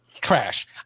trash